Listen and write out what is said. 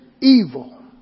evil